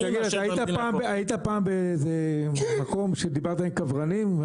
אתה היית פעם באיזה מקום שדיברת עם כוורנים?